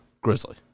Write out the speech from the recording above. grizzly